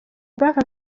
bw’aka